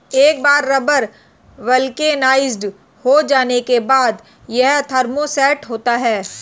एक बार rubber vulcanised हो जाने के बाद, यह थर्मोसेट होता है